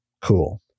Cool